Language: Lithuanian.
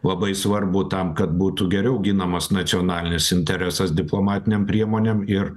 labai svarbu tam kad būtų geriau ginamas nacionalinis interesas diplomatinėm priemonėm ir